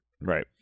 Right